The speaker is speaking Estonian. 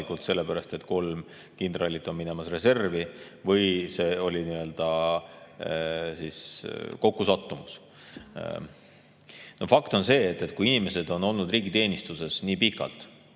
sellepärast, et kolm kindralit oli reservi minemas, või see oli kokkusattumus. Fakt on see, et kui inimesed on olnud riigiteenistuses nii pikalt,